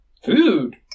Food